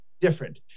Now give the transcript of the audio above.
different